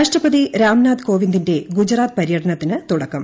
രാഷ്ട്രപതി രാംനാഥ് കോവിന്ദിന്റെ ഗുജറാത്ത് പര്യടനത്തിന് തുടക്കം